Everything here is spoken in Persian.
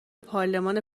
پارلمان